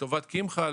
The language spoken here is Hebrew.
לטובת קמחא,